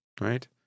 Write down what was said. right